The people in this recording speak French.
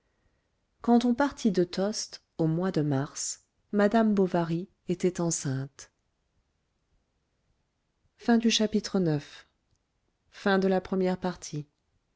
quand on partit de tostes au mois de mars madame bovary était enceinte